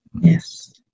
Yes